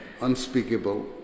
unspeakable